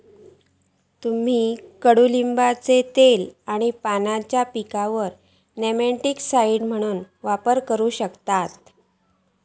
तुम्ही कडुलिंबाचा तेल आणि पानांचा पिकांवर नेमॅटिकसाइड म्हणून वापर करू शकतास